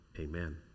amen